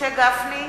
משה גפני,